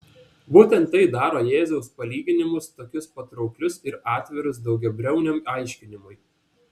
būtent tai daro jėzaus palyginimus tokius patrauklius ir atvirus daugiabriauniam aiškinimui